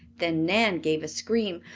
then nan gave a scream.